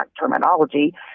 terminology